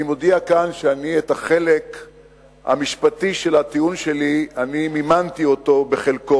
אני מודיע כאן שאת החלק המשפטי של הטיעון שלי אני מימנתי בחלקו,